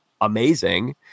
amazing